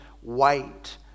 white